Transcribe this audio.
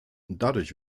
dadurch